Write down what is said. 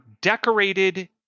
decorated